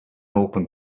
open